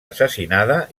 assassinada